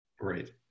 Right